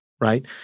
right